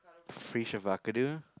fish of